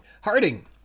Harding